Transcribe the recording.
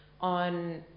on